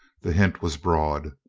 the hint was broad.